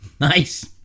nice